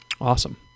Awesome